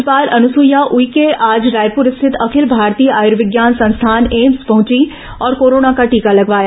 राज्यपाल अनुसुईया उइके आज रायपुर स्थित अखिल भारतीय आयुर्विज्ञान संस्थान एम्स पहुंची और कोरोना का टीका लगवाया